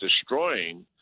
destroying